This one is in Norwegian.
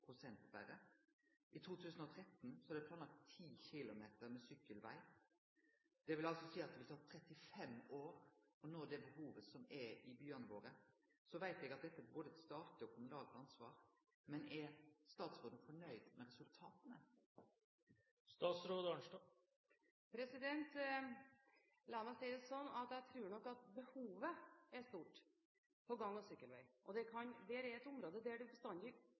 I 2013 er det planlagt 10 km med sykkelveg. Det vil altså seie at det vil ta 35 år å dekkje det behovet som er i byane våre. Eg veit at dette er både eit statleg og eit kommunalt ansvar, men er statsråden fornøgd med resultata? La meg si det slik at jeg tror nok at behovet er stort på gang- og sykkelvei, og det er et område der en bestandig føler at en kunne ha gjort mye mer enn en gjør. Nå er det